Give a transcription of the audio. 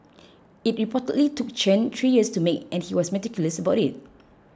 it reportedly took Chen three years to make and he was meticulous about it